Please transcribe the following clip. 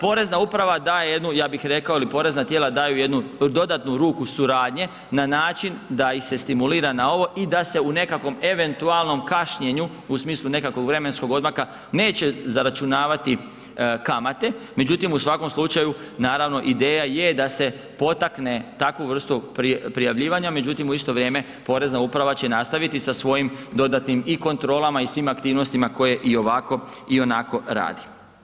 Porezna uprava daje jednu, ja bih rekao ili porezna tijela daju jednu dodatnu ruku suradnje na način da ih se stimulira na ovo i da se u nekakvom eventualnom kašnjenju, u smislu nekakvog vremenskog odmaka, neće zaračunavati kamate, međutim u svakom slučaju naravno ideja je da se potakne takvu vrstu prijavljivanja, međutim u isto vrijeme porezna uprava će nastaviti sa svojim dodatnim i kontrolama i svim aktivnostima koje i ovako i onako radi.